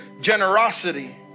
generosity